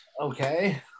Okay